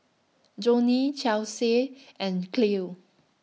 Jonnie Chelsie and Cleo